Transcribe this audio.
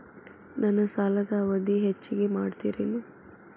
ನನ್ನ ಸಾಲದ ಅವಧಿ ಹೆಚ್ಚಿಗೆ ಮಾಡ್ತಿರೇನು?